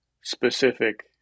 specific